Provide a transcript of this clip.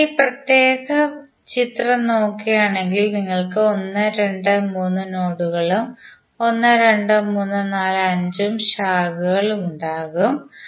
അതിനാൽ ഈ പ്രത്യേക ചിത്രം നോക്കുകയാണെങ്കിൽ നിങ്ങൾക്ക് 1 2 3 നോഡുകളും 12345 ഉം ശാഖകൾ ഉണ്ടാകും